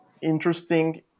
Interesting